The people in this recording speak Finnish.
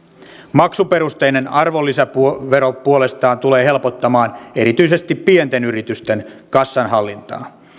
maksuperusteinen arvonlisävero puolestaan tulee helpottamaan erityisesti pienten yritysten kassanhallintaa